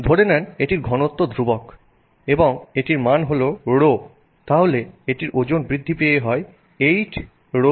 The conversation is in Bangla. ধরে নেন এটির ঘনত্ব ধ্রুবক এবং এটির মান হল ρ তাহলে এটির ওজন বৃদ্ধি পেয়ে হয় 8ρLHW